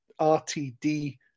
RTD